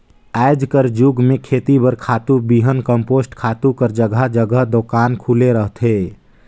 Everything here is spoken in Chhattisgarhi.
आएज कर जुग में खेती बर खातू, बीहन, कम्पोस्ट खातू कर जगहा जगहा दोकान खुले रहथे